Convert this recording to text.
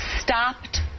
stopped